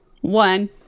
one